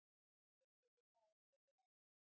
det